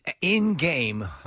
in-game